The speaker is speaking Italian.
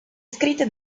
scritte